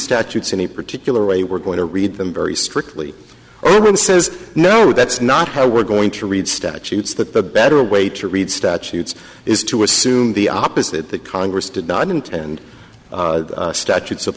statutes any particular way we're going to read them very strictly says no that's not how we're going to read statutes that the better way to read statutes is to assume the opposite that congress did not intend statutes of